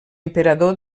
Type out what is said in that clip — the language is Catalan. emperador